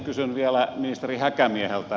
kysyn vielä ministeri häkämieheltä